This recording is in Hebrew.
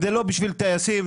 זה לא בשביל טייסים,